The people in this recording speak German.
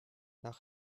nach